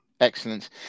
Excellent